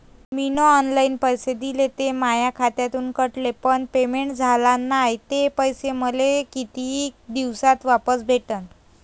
मीन online पैसे दिले, ते माया खात्यातून कटले, पण पेमेंट झाल नायं, ते पैसे मले कितीक दिवसात वापस भेटन?